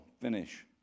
finish